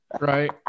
Right